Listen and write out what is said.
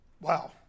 Wow